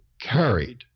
carried